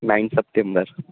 nine September